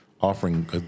offering